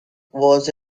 was